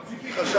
לא ציפיתי אחרת.